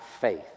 faith